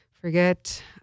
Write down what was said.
forget